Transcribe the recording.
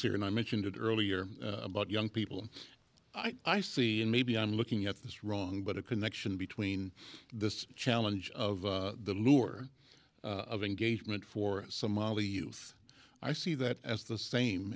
and i mentioned earlier about young people i see and maybe i'm looking at this wrong but a connection between this challenge of the lure of engagement for somalia youth i see that as the same